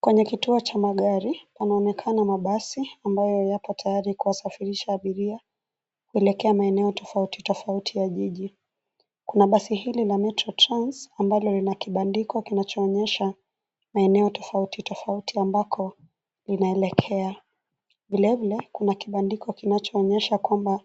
Kwenye kituo cha magari, panaonekana mabasi ambayo yapo tayari kuwasafirisha abiria, kuelekea maeneo tofauti tofauti ya jiji. Kuna basi hili la Metro Trans ambalo lina kibandiko kinachoonyesha maeneo tofauti tofauti ambako linaelekea. Vilevile, kuna kibandiko kinachoonyesha kwamba